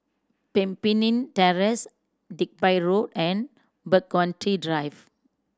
Pemimpin Terrace Digby Road and Burgundy Drive